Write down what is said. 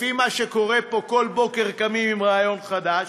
לפי מה שקורה פה, כל בוקר קמים עם רעיון חדש,